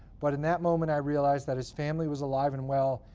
but in that moment, i realized that his family was alive and well,